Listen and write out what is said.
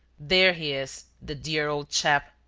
there he is, the dear old chap!